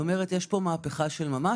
כלומר יש פה מהפכה של ממש.